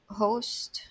host